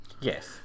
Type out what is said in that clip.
yes